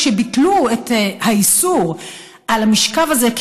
כשביטלו את האיסור על המשכב הזה,